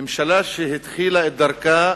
ממשלה שהתחילה את דרכה